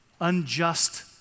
unjust